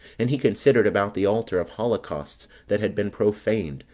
and he considered about the altar of holocausts that had been profaned,